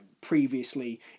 previously